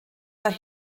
war